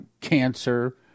cancer